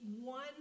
one